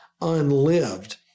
unlived